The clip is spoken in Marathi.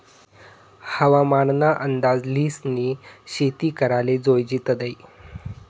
हवामान ना अंदाज ल्हिसनी शेती कराले जोयजे तदय